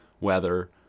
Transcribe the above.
weather